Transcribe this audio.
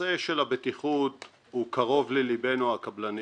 הנושא של הבטיחות קרוב לליבנו, הקבלנים.